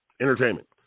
Entertainment